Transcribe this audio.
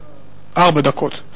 ארבע דקות.